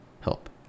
help